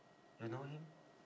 you know him